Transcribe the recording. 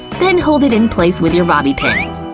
then hold it in place with your bobbie pin.